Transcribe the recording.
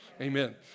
Amen